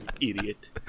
Idiot